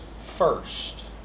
first